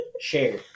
share